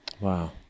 Wow